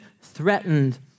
threatened